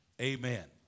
Amen